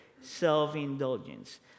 self-indulgence